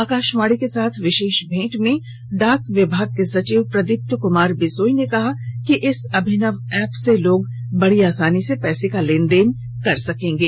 आकाशवाणी के साथ विशेष भेंट में डाक विभाग के सचिव प्रदीप्त कुमार बिसोई ने कहा कि इस अभिनव एप से लोग बड़ी आसानी से पैसे का लेन देन कर सकेंगे